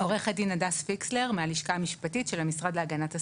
עו"ד הדס פיקסלר מהלשכה המשפטית של המשרד להגנת הסביבה.